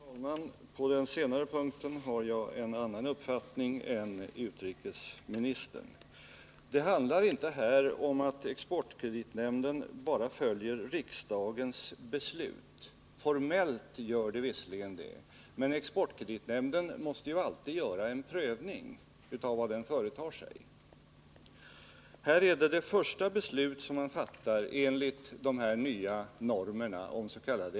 Herr talman! På den senare punkten har jag en annan uppfattning än utrikesministern. Det handlar här inte om att Exportkreditnämnden bara följer riktlinjerna enligt riksdagens beslut. Formellt gör det visserligen det, men Exportkreditnämnden måste ju alltid göra en prövning av vad den företar sig. Det här är det första beslut nämnden fattar enligt de nya normerna oms.k.